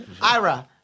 Ira